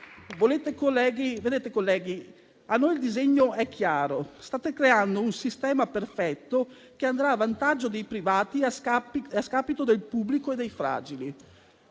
colleghi, a noi il disegno è chiaro: state creando un sistema perfetto, che andrà a vantaggio dei privati, a scapito del pubblico e dei fragili.